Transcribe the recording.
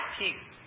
peace